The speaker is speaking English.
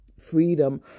freedom